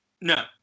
No